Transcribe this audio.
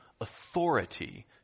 authority